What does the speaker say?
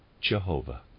Jehovah